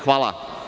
Hvala.